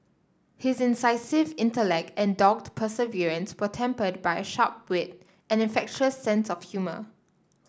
his incisive intellect and dogged perseverance were tempered by a sharp wit and infectious sense of humour